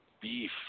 beef